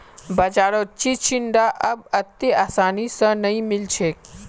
बाजारत चिचिण्डा अब अत्ते आसानी स नइ मिल छेक